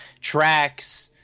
tracks